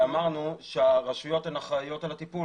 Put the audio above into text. אמרנו שהרשויות אחראיות על הטיפול,